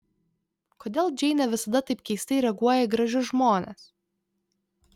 kodėl džeinė visada taip keistai reaguoja į gražius žmones